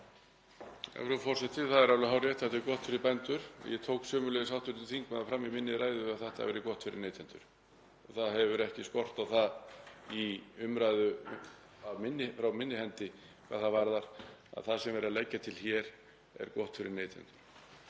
forseti. Það er alveg hárrétt, þetta er gott fyrir bændur. Ég tók sömuleiðis, hv. þingmaður, fram í minni ræðu að þetta væri gott fyrir neytendur. Það hefur ekki skort á það í umræðu frá minni hendi hvað það varðar að það sem er verið að leggja til hér sé gott fyrir neytendur.